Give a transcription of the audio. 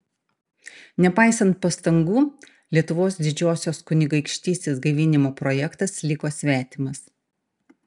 nepaisant pastangų lietuvos didžiosios kunigaikštystės gaivinimo projektas liko svetimas